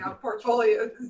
portfolios